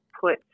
put